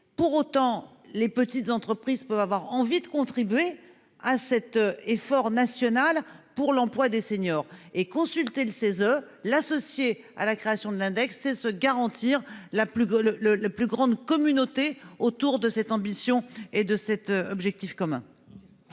Pour autant, les petites entreprises peuvent avoir envie de contribuer à cet effort national pour l'emploi des seniors et consulter le CESE l'associé à la création de l'index et se garantir la plus le le la plus grande communauté autour de cette ambition est de cet objectif commun.